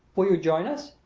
will you join us?